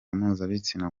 mpuzabitsina